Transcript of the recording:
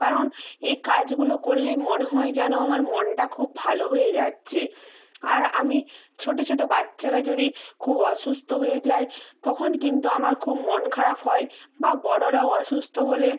কারণ এই কাজগুলো করলেই মনে হয় যেন আমার মনটা খুব ভালো হয়ে যাচ্ছে আর আমি ছোট ছোট বাচ্চারা যদি খুব অসুস্থ হয়ে যায় তখন কিন্তু আমার খুব মন খারাপ হয় বা বড়রাও অসুস্থ হলে